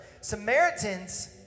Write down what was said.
Samaritans